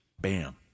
Bam